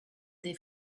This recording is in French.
des